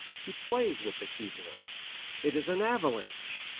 he plays with the keyboard it is an avalanche,